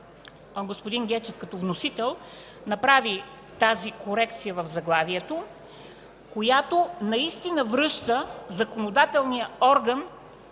господин Гечев като вносител направи тази корекция в заглавието, която наистина връща законодателния орган